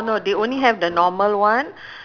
it's called padi emas padi emas